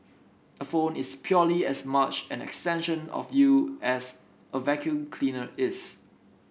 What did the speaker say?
a phone is purely as much an extension of you as a vacuum cleaner is